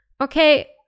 okay